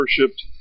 worshipped